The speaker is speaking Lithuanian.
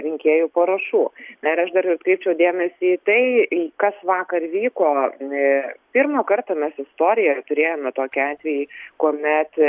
rinkėjų parašų na ir aš dar atkreipčiau dėmesį į tai kas vakar vyko pirmą kartą mes istorijoje turėjome tokį atvejį kuomet